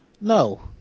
no